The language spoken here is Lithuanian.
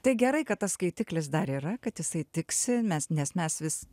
tai gerai kad tas skaitiklis dar yra kad jisai tiksi mes nes mes vis